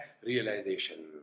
Realization